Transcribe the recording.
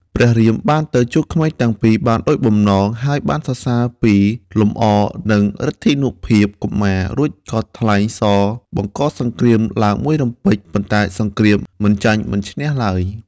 ព្រះរាមបានទៅជួបក្មេងទាំងពីរបានដូចបំណង ហើយបានសរសើរពីលំអនិងឫទ្ធានុភាពកុមារ រួចក៏ថ្លែងសរបង្កសង្គ្រាមឡើងមួយរំពេច ប៉ុន្តែសង្គ្រាមមិនចាញ់មិនឈ្នះឡើយ។